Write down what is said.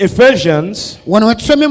Ephesians